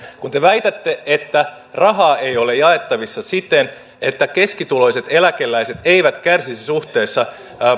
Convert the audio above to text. kun te väitätte että rahaa ei ole jaettavissa siten että keskituloiset eläkeläiset eivät kärsisi suhteessa